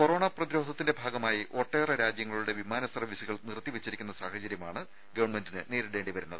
corona പ്രതിരോധത്തിന്റെ ഭാഗമായി ഒട്ടേറെ രാജ്യങ്ങളുടെ വിമാന സർവ്വീസുകൾ നിർത്തിവെച്ചിരിക്കുന്ന സാഹചര്യമാണ് ഗവൺമെന്റിന് നേരിടേണ്ടി വരുന്നത്